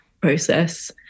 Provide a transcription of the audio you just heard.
process